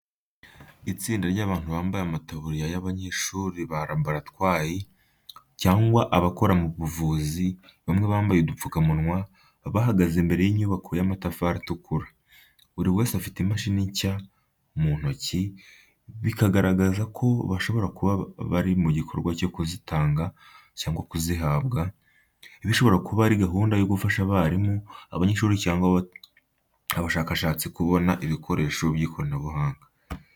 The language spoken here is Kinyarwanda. Itsinda ry’abantu bambaye amataburiya y’abanyeshuri ba laboratwari cyangwa abakora mu buvuzi bamwe bambaye udupfukamunwa, bahagaze imbere y’inyubako y’amatafari atukura. Buri wese afite mashini nshya mu ntoki, bikagaragaza ko bashobora kuba bari mu gikorwa cyo kuzitanga cyangwa kuzihabwa, bishobora kuba ari gahunda yo gufasha abarimu, abanyeshuri, cyangwa abashakashatsi kubona ibikoresho by’ikoranabuhanga.